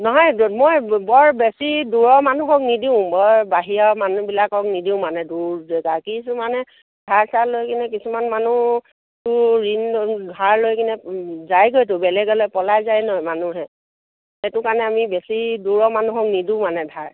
নহয় মই বৰ বেছি দূৰৰ মানুহক নিদিওঁ বৰ বাহিৰৰ মানুহবিলাকক নিদিওঁ মানে দূৰ জেগা কিছু মানে ধাৰ চাৰ লৈ কিনে কিছুমান মানুহ ঋণ ধাৰ লৈ কিনে যায়গৈ বেলেগলে পলাই যায় নহয় মানুহে সেইটো কাৰণে আমি বেছি দূৰৰ মানুহক নিদিওঁ মানে ধাৰ